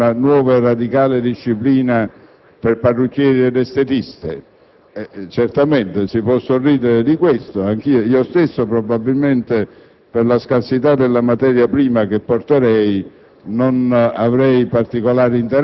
attraverso una nuova e radicale disciplina per parrucchieri ed estetiste. Certamente, si può sorridere di questo. Io stesso, per la scarsità della materia prima che offrirei,